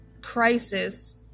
crisis